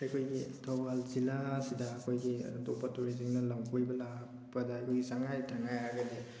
ꯑꯩꯈꯣꯏꯒꯤ ꯊꯧꯕꯥꯜ ꯖꯤꯂꯥ ꯑꯁꯤꯗ ꯑꯩꯈꯣꯏꯒꯤ ꯑꯇꯣꯞꯄ ꯇꯨꯔꯤꯁꯁꯤꯡꯅ ꯂꯝ ꯀꯣꯏꯕ ꯂꯥꯛꯄꯗ ꯑꯩꯈꯣꯏꯒꯤ ꯆꯥꯅꯤꯉꯥꯏ ꯊꯛꯅꯤꯉꯥꯏ ꯍꯥꯏꯔꯒꯗꯤ